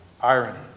irony